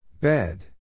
Bed